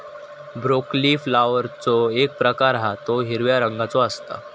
broccoli फ्लॉवरचो एक प्रकार हा तो हिरव्या रंगाचो असता